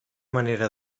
manera